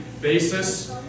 basis